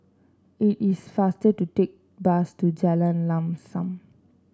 it is faster to take bus to Jalan Lam Sam